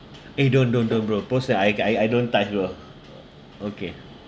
eh don't don't don't bro post that I I I don't touch bro okay